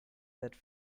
that